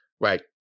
Right